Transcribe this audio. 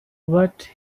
what